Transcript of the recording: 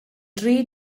dri